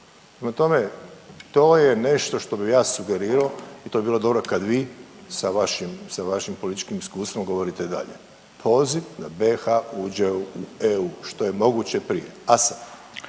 tome, to je nešto što bi ja sugerirao i to bi bilo dobro kad vi sa vašim, sa vašim političkim iskustvom govorite dalje. Poziv da BiH uđe u EU što je moguće prije